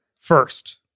First